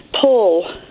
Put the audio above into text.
pull